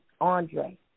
Andre